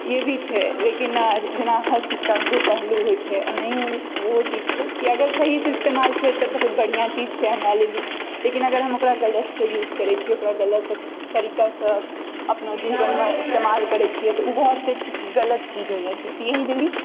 ई भी छै लेकिन जेना हर सिक्काके दु पहलु होइ छै ओहिनाही ओहो चीज छै कि अगर सहिसँ इस्तेमाल छै तऽ बहुत बढ़िआँ चीज छै हमरा लेलि लेकिन अगर हम ओकरा गलतसँ यूज करैत छिऐ ओकरा गलत तरिकासँ अपनो जीवनमे इस्तेमाल करैत छिऐ तऽ ओ बहुत गलत चीज होइत जाइत छै तऽ इएह लेल ई